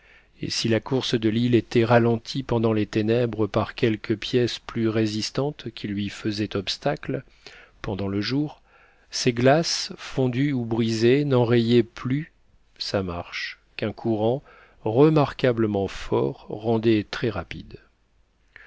et si la course de l'île était ralentie pendant les ténèbres par quelques pièces plus résistantes qui lui faisaient obstacle pendant le jour ces glaces fondues ou brisées n'enrayaient plus sa marche qu'un courant remarquablement fort rendait très rapide